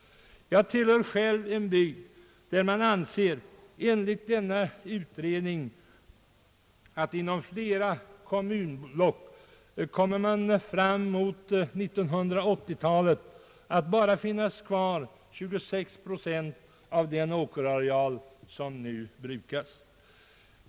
Jag tillhör själv en bygd där det enligt utredningen skulle inom flera kommunblock fram på 1980 talet finnas kvar bara 26 procent av den åkerareal som nu brukas.